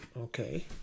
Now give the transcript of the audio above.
Okay